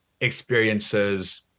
experiences